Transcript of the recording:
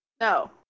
no